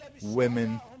women